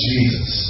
Jesus